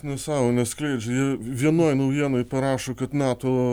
nesamones skleidžia jie vienoj naujienoj parašo kad nato